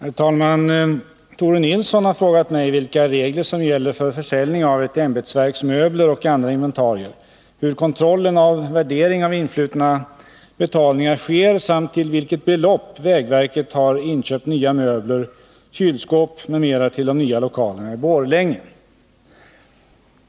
Herr talman! Tore Nilsson har frågat mig vilka regler som gäller för försäljning av ett ämbetsverks möbler och andra inventarier, hur kontrollen av värdering av influtna betalningar sker samt till vilket belopp vägverket har inköpt nya möbler, kylskåp m.m. till de nya lokalerna i Borlänge.